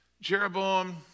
Jeroboam